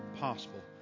possible